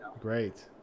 Great